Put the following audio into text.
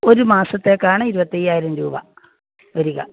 ഒരു മാസത്തേക്കാണ് ഇരുപത്തി അയ്യായിരം രൂപ വരുക